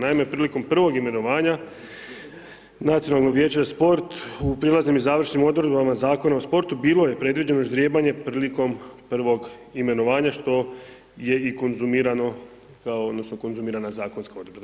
Naime, prilikom prvog imenovanja, Nacionalno vijeće za sport u prijelaznim i završnim odredbama Zakona o sportu bilo je predviđeno ždrijebanje prilikom prvog imenovanja, što je i konzumirano kao, odnosno konzumirana zakonska odredba.